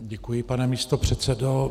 Děkuji, pane místopředsedo.